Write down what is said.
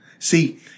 See